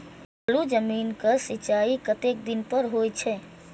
बालू जमीन क सीचाई कतेक दिन पर हो छे?